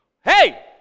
hey